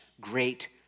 Great